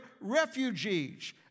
refugees